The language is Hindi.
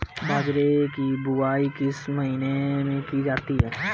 बाजरे की बुवाई किस महीने में की जाती है?